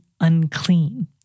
unclean